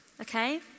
Okay